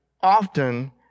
often